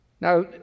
Now